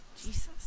Jesus